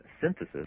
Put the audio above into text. synthesis